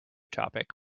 topic